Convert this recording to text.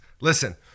Listen